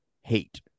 hate